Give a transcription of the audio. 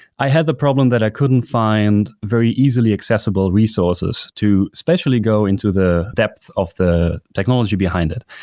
i had the problem that i couldn't find very easily accessible resources to specially go into the depth of the technology behind it.